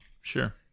Sure